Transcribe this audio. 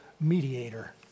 mediator